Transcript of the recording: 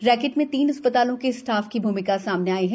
racket में तीन अस्पतालों के स्टाफ की भूमिका सामने आई है